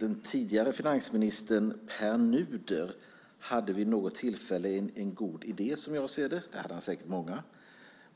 Den tidigare finansministern Pär Nuder hade vid något tillfälle en god idé som jag ser det. Han hade säkert många,